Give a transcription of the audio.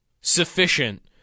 sufficient